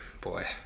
Boy